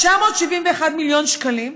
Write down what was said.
971 מיליון שקלים,